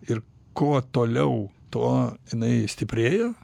ir kuo toliau tuo jinai stiprėjo